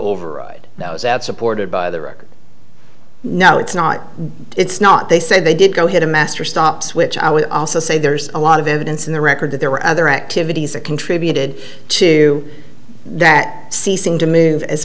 override those out supported by the record no it's not it's not they said they did go hit a master stops which i would also say there's a lot of evidence in the record that there were other activities that contributed to that ceasing to move as